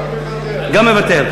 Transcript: גם מוותר.